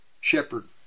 shepherd